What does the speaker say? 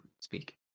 speak